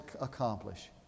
accomplish